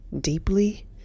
deeply